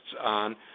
on